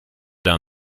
down